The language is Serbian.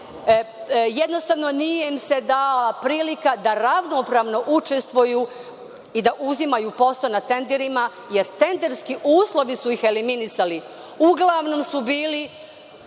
jednostavno nije im se dala prilika da ravnopravno učestvuju i da uzimaju posao na tenderima, jer tenderski uslovi su ih eliminisali. Uglavnom su bili